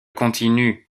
continue